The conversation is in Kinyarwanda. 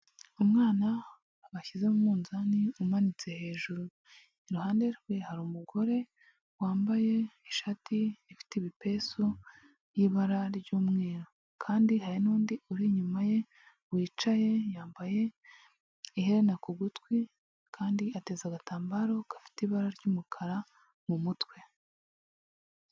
Umwana bashyize mu munzani umanitse hejuru iruhande rwe hari umugore wambaye ishati ifite ibipesu y'ibara ry'umweru kandi hari n'undi uri inyuma ye wicaye yambaye iherena ku gutwi kandi ateze agatambaro gafite ibara ry'umukara mu mutwe.